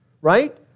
right